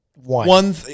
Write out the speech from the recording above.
One